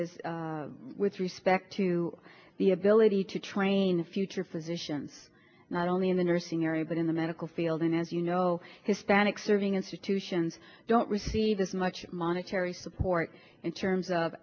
with respect to the ability to train future physicians not only in the nursing area but in the medical field and as you know hispanic serving institutions don't receive this much monetary support in terms of